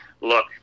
look